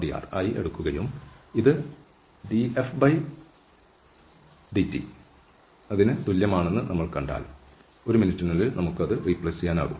dr ആയി എടുക്കുകയും ഇത് dfdt ന് തുല്യമാണെന്ന് നമ്മൾ കണ്ടാൽ ഒരു മിനിറ്റിനുള്ളിൽ നമുക്ക് അത് മാറ്റിസ്ഥാപിക്കാനാകും